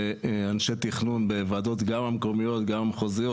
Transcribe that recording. אנשי תכנון גם בוועדות המקומיות וגם מחוזיות